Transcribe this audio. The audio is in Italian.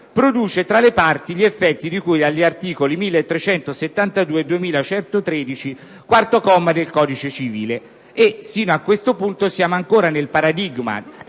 produce tra le parti gli effetti di cui all'articolo 1372 e all'articolo 2113, quarto comma, del codice civile...». Fino a questo punto siamo ancora nel paradigma